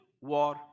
war